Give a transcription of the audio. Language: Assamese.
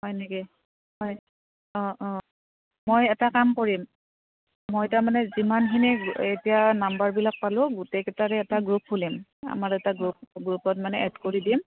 হয় নেকি হয় অঁ অঁ মই এটা কাম কৰিম মই তাৰমানে যিমানখিনি এতিয়া নাম্বাৰবিলাক পালোঁ গোটেইকেইটাৰে এটা গ্ৰুপ খুলিম আমাৰ এটা গ্ৰুপ গ্ৰুপত মানে এড কৰি দিম